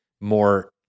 more